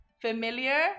familiar